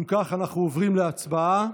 אם ככה, אנחנו עוברים להצבעה.